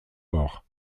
hors